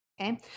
Okay